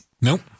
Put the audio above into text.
Nope